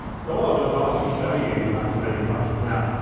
so what i'll do is i'll actually show you some editing functions now.